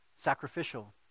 Sacrificial